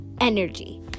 energy